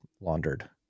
laundered